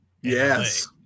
Yes